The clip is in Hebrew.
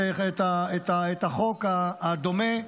את החוק הדומה.